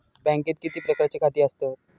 बँकेत किती प्रकारची खाती आसतात?